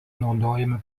naudojami